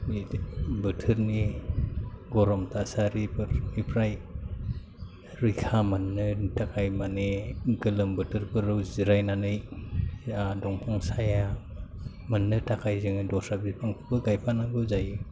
बोथोरनि गरम थासारिफोरनिफ्राय रैखा मोननो थाखाय माने गोलोम बोथोरफोराव जिरायनानै दंफां साया मोननो थाखाय जोङो दस्रा बिफांफोरबो गायफानांगौ जायो